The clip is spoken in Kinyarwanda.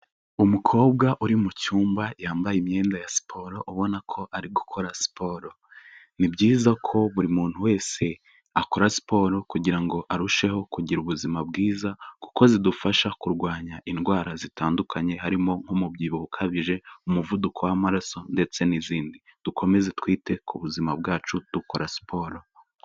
Umukobwa uri mu cyumba yambaye imyenda ya siporo ubona ko ari gukora siporo, ni byiza ko buri muntu wese akora siporo kugira arusheho kugira ubuzima bwiza kuko zidufasha kurwanya indwara zitandukanye harimo nk'umubyibuho ukabije, umuvuduko w'amaraso ndetse n'izindi, dukomeze twite ku buzima bwacu dukora siporo.